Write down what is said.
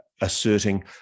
asserting